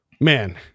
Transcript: man